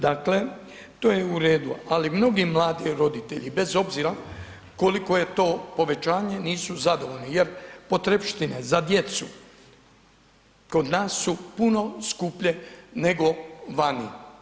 Dakle to je u redu ali mnogi mladi roditelji bez obzira koliko je to povećanje, nisu zadovoljni jer potrepštine za djecu kod nas su puno skuplje nego vani.